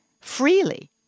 freely